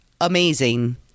amazing